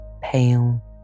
pale